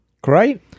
Great